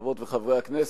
חברות וחברי הכנסת,